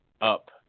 up